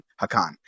hakan